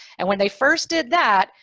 and when they first did that,